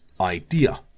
idea